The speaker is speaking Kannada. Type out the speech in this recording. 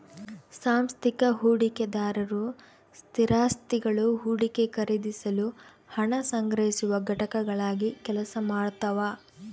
ಸಾಂಸ್ಥಿಕ ಹೂಡಿಕೆದಾರರು ಸ್ಥಿರಾಸ್ತಿಗುಳು ಹೂಡಿಕೆ ಖರೀದಿಸಲು ಹಣ ಸಂಗ್ರಹಿಸುವ ಘಟಕಗಳಾಗಿ ಕೆಲಸ ಮಾಡ್ತವ